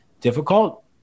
difficult